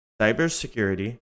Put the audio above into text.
cybersecurity